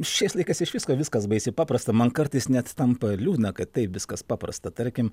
šiais laikais iš visko viskas baisiai paprasta man kartais net tampa liūdna kad taip viskas paprasta tarkim